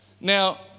Now